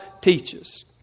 teaches